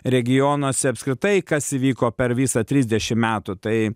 regionuose apskritai kas įvyko per visą trisdešim metų tai